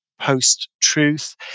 Post-Truth